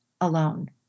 alone